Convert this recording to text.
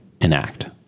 enact